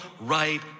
right